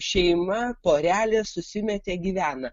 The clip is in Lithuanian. šeima porelė susimetė gyvena